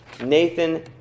nathan